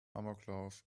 amoklauf